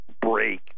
break